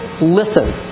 listen